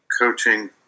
coaching